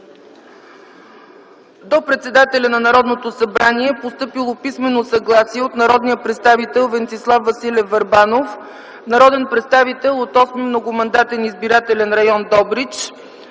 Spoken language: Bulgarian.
До председателя на Народното събрание е постъпило писмено съгласие от народния представител Венцислав Василев Върбанов - народен представител от 8. многомандатен избирателен район – Добрич,